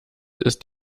ist